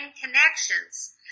connections